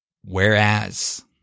Whereas